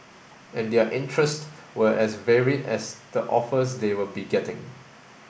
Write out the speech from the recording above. and their interests were as varied as the offers they will be getting